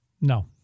No